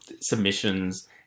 submissions